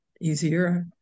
easier